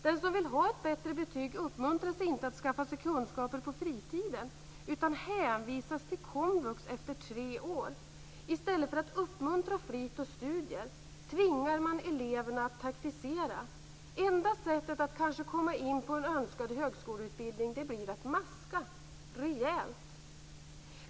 Den som vill ha ett bättre betyg uppmuntras inte att skaffa sig kunskaper på fritiden, utan hänvisas till komvux efter tre år. I stället för att uppmuntra flit och studier tvingar man eleverna att taktisera. Det kanske enda sättet att komma in på en önskad högskoleutbildning blir att maska - rejält.